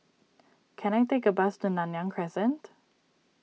can I take a bus to Nanyang Crescent